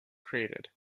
created